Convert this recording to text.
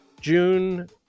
june